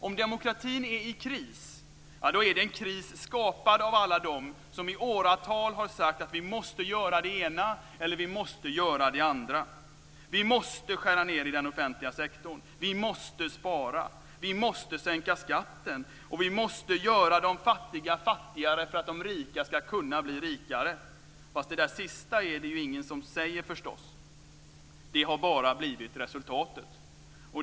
Om demokratin är i kris är det en kris skapad av alla dem som i åratal har sagt att vi måste göra det ena eller måste göra det andra: Vi måste skära ned i den offentliga sektorn. Vi måste spara. Vi måste sänka skatten. Vi måste göra de fattiga fattigare för att de rika ska kunna bli rikare. Fast det där sista är det ju ingen som säger, förstås. Det har bara blivit resultatet.